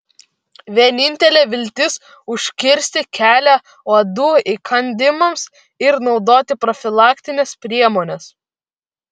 vienintelė viltis užkirsti kelią uodų įkandimams ir naudoti profilaktines priemones